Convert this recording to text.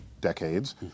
decades